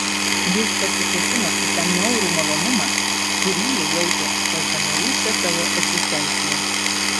jis pasikėsino į tą niaurų malonumą kurį jie jautė kęsdami rūsčią savo egzistenciją